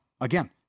again